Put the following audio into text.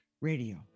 Radio